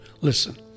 Listen